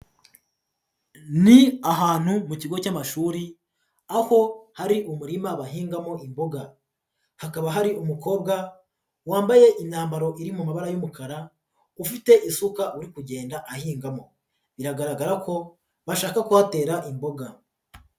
Ni ahantu mu kigo cy'amashuri aho hari umurima bahingamo imboga, hakaba hari umukobwa wambaye imyambaro iri mu mabara y'umukara, ufite isuka uri kugenda ahingamo, biragaragara ko bashaka kuhatera imboga.